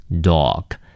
Dog